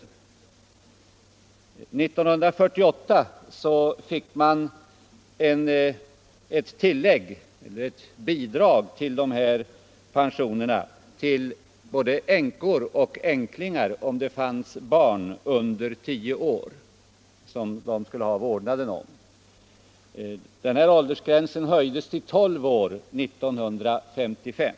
År 1948 fick man ett bidrag till dessa pensioner för både änkor och änklingar om de hade vårdnaden om barn som var under 10 år. Denna åldersgräns höjdes till 12 år 1955.